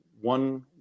one